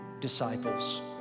disciples